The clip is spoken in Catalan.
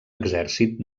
exèrcit